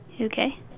Okay